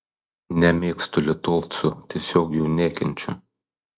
nemėgstu litovcų tiesiog jų nekenčiu